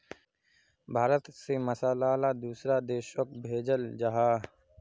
भारत से मसाला ला दुसरा देशोक भेजल जहा